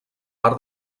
mar